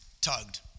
tugged